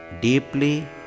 deeply